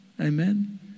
Amen